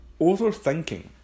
Overthinking